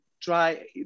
try